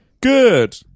Good